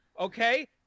Okay